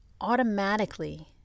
automatically